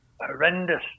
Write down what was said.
horrendous